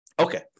Okay